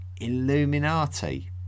Illuminati